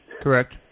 correct